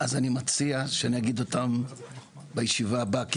אז אני מציע שאני אגיד אותם בישיבה הבאה,